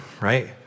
right